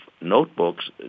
notebooks